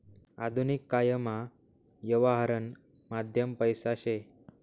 आधुनिक कायमा यवहारनं माध्यम पैसा शे